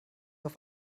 auf